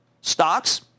Stocks